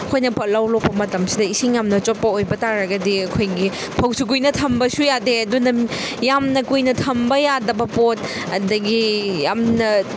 ꯑꯩꯈꯣꯏꯅ ꯂꯧ ꯂꯣꯛꯄ ꯃꯇꯝꯁꯤꯗ ꯏꯁꯤꯡ ꯌꯥꯝꯅ ꯆꯣꯠꯄ ꯑꯣꯏꯕ ꯇꯥꯔꯒꯗꯤ ꯑꯩꯈꯣꯏꯒꯤ ꯐꯧꯁꯨ ꯀꯨꯏꯅ ꯊꯝꯕꯁꯨ ꯌꯥꯗꯦ ꯑꯗꯨꯅ ꯌꯥꯝꯅ ꯀꯨꯏꯅ ꯊꯝꯕ ꯌꯥꯗꯕ ꯄꯣꯠ ꯑꯗꯒꯤ ꯌꯥꯝꯅ